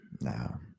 No